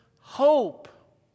hope